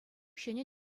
ҫӗнӗ